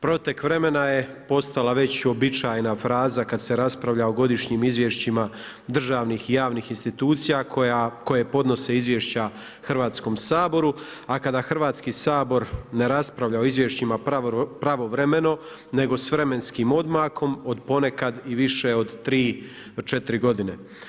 Protek vremena je postala već uobičajena fraza kad se raspravlja o godišnjih izvješćima državnih i javnih institucija koje podnose izvješća Hrvatskom saboru, a kada Hrvatski sabor ne raspravlja o izvješćima pravovremeno, nego s vremenskim odmakom od ponekad i više od 3-4 godine.